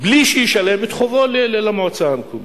בלי שישלם את חובו למועצה המקומית.